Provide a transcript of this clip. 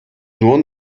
nur